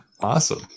Awesome